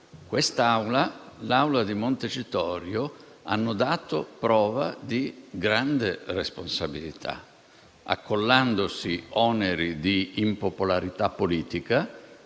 e quella di Montecitorio hanno dato prova di grande responsabilità, accollandosi oneri di impopolarità politica